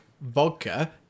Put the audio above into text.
vodka